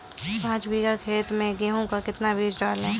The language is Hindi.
पाँच बीघा खेत में गेहूँ का कितना बीज डालें?